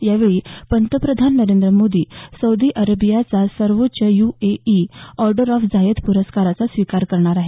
यावेळी पंतप्रधान मोदी सौदी अरेबियाचा सर्वोच्च युएई आॅर्डर ऑफ झायेद पुरस्काराच स्वीकार करणार आहेत